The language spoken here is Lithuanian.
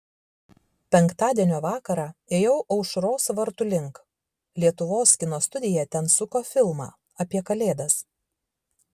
penktadienio vakarą ėjau aušros vartų link lietuvos kino studija ten suko filmą apie kalėdas